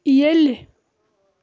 ییٚلہِ